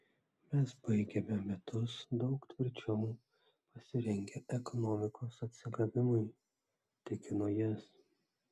mes baigiame metus daug tvirčiau pasirengę ekonomikos atsigavimui tikino jis